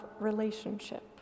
relationship